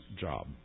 job